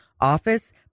Office